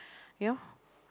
you know